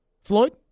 Floyd